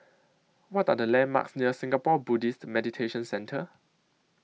What Are The landmarks near Singapore Buddhist Meditation Centre